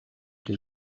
дээ